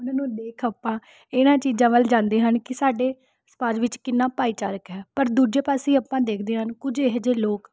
ਉਹਨਾਂ ਨੂੰ ਦੇਖ ਆਪਾਂ ਇਹਨਾਂ ਚੀਜ਼ਾਂ ਵੱਲ ਜਾਂਦੇ ਹਨ ਕਿ ਸਾਡੇ ਸਮਾਜ ਵਿੱਚ ਕਿੰਨਾ ਭਾਈਚਾਰਕ ਹੈ ਪਰ ਦੂਜੇ ਪਾਸੇ ਆਪਾਂ ਦੇਖਦੇ ਹਨ ਕੁਝ ਇਹੋ ਜਿਹੇ ਲੋਕ